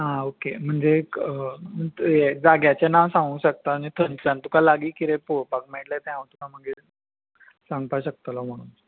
आं ओके म्हणजे जाग्याचें नांव सांगूं शकता आनी थंयसान तुका लागीं कितें पळोवपाक मेळटलें तें हांव तुका मागीर सांगपा शकतलो म्हणून